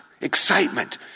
excitement